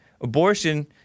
Abortion